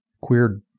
Queer